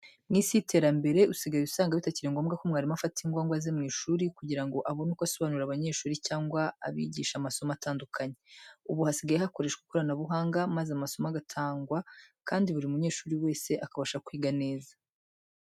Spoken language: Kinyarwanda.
Mu isi y'iterambere usigaye usanga bitakiri ngombwa ko mwarimu afata ingwa ngo aze mu ishuri kugira ngo abone uko asobanurira abanyeshuri cyangwa abigisha amasomo atandukanye. Ubu hasigaye hakoreshwa ikoranabuhanga maze amasomo agatangwa kandi buri munyeshuri wese akabasha kwiga neza.